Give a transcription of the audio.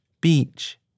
beach